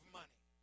money